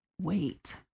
wait